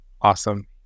Awesome